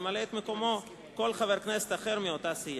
ימלא את מקומו כל חבר כנסת אחר מאותה סיעה.